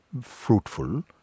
fruitful